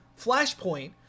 Flashpoint